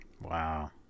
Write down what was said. Wow